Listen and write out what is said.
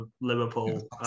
Liverpool